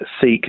seek